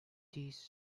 these